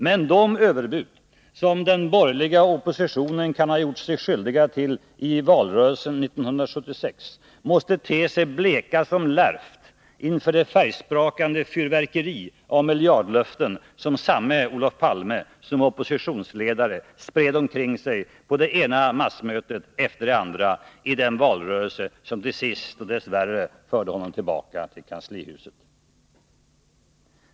Men de överbud som den borgerliga oppositionen kan ha gjort sig skyldig till i valrörelsen 1976 måste te sig bleka som lärft inför det färgsprakande fyrverkeri av miljardlöften som samme Olof Palme som oppositionsledare spred omkring sig på det ena massmötet efter det andra i den valrörelse som till sist, dess värre, förde honom tillbaka till kanslihuset.